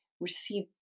receive